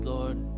Lord